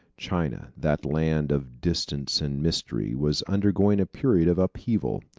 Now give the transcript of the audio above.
china, that land of distance and mystery, was undergoing a period of upheaval.